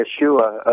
Yeshua